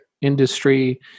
industry